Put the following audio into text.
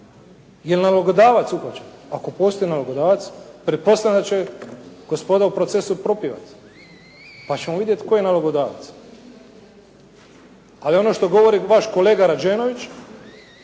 Je li nalogodavac uhvaćen? Ako postoji nalogodavac, pretpostavljam da će gospoda u procesu propjevati pa ćemo vidjeti tko je nalogodavac. Ali ono što govori vaš kolega Rađenović,